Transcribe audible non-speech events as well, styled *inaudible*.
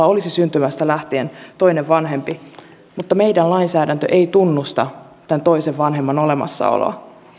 *unintelligible* olisi syntymästä lähtien toinen vanhempi mutta meidän lainsäädäntö ei tunnusta tämän toisen vanhemman olemassaoloa